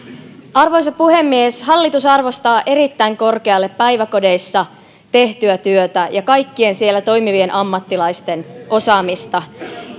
arvoisa puhemies hallitus arvostaa erittäin korkealle päiväkodeissa tehtyä työtä ja kaikkien siellä toimivien ammattilaisten osaamista